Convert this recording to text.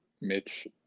Mitch